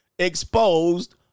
Exposed